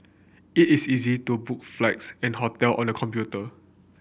it is easy to book flights and hotel on the computer